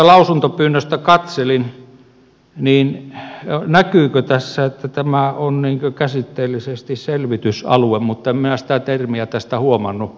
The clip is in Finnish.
minä tästä lausuntopyynnöstä katselin näkyykö tässä että tämä on käsitteellisesti selvitysalue mutta en minä sitä termiä tästä huomannut